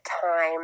time